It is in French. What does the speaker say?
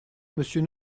monsieur